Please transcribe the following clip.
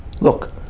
look